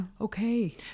Okay